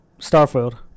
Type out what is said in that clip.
Starfield